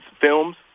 films